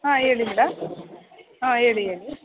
ಹಾಂ ಹೇಳಿ ಮೇಡಮ್ ಹಾಂ ಹೇಳಿ ಹೇಳಿ